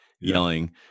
yelling